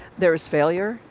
there is failure,